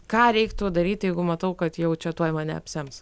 ką reiktų daryti jeigu matau kad jau čia tuoj mane apsems